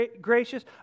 gracious